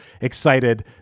excited